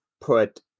put